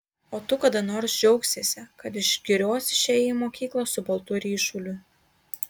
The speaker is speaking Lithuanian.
o tu kada nors džiaugsiesi kad iš girios išėjai į mokyklą su baltu ryšuliu